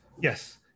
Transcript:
yes